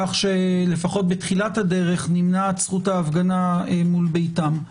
כך שלפחות בתחילת הדרך נמנעת זכות ההפגנה מול ביתם.